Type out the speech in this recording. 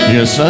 Yes